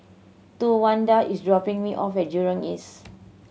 Towanda is dropping me off at Jurong East